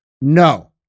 No